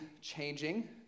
changing